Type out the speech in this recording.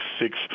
six